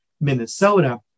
Minnesota